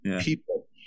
people